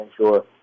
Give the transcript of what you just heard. sure